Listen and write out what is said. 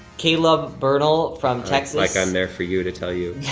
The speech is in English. caleb bernal from texas. like i'm there for you to tell you